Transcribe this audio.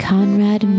Conrad